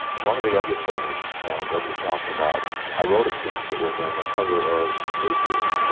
among the other things that we talked about i wrote a piece that was on the cover of newsweek